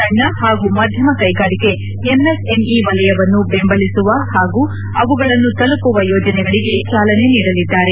ಸಣ್ಣ ಹಾಗೂ ಮಧ್ಯಮ ಕೈಗಾರಿಕೆ ಎಂಎಸ್ಎಂಇ ವಲಯವನ್ನು ಬೆಂಬಲಿಸುವ ಹಾಗೂ ಅವುಗಳನ್ನು ತಲುಪುವ ಯೋಜನೆಗಳಿಗೆ ಚಾಲನೆ ನೀಡಲಿದ್ದಾರೆ